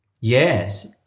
Yes